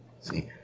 See